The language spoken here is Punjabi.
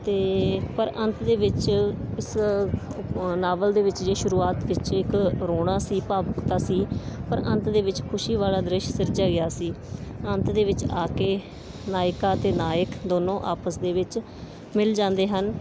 ਅਤੇ ਪਰ ਅੰਤ ਦੇ ਵਿੱਚ ਇਸ ਉਪ ਨਾਵਲ ਦੇ ਵਿੱਚ ਜੇ ਸ਼ੁਰੂਆਤ ਵਿੱਚ ਇੱਕ ਰੋਣਾ ਸੀ ਭਾਵੁਕਤਾ ਸੀ ਪਰ ਅੰਤ ਦੇ ਵਿੱਚ ਖੁਸ਼ੀ ਵਾਲਾ ਦ੍ਰਿਸ਼ ਸਿਰਜਿਆ ਗਿਆ ਸੀ ਅੰਤ ਦੇ ਵਿੱਚ ਆ ਕੇ ਨਾਇਕਾ ਅਤੇ ਨਾਇਕ ਦੋਨੋਂ ਆਪਸ ਦੇ ਵਿੱਚ ਮਿਲ ਜਾਂਦੇ ਹਨ